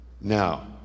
Now